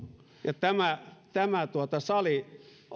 ja tämä tämä sali täynnä ollut